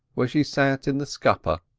where she sat in the scupper,